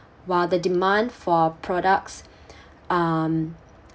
while the demand for products um